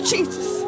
Jesus